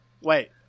Wait